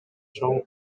чоң